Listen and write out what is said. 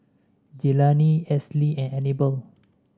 Jelani Esley and Anibal